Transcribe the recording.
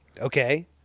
Okay